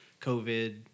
covid